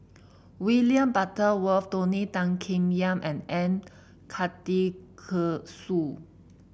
William Butterworth Tony Tan Keng Yam and M Karthigesu